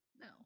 No